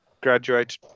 graduate